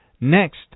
Next